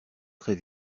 très